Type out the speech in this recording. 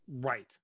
Right